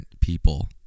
people